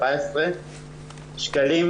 3,814 שקלים.